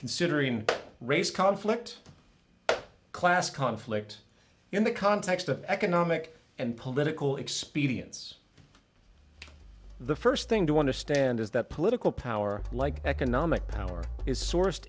considering race conflict class conflict in the context of economic and political expedience the first thing to understand is that political power like economic power is sour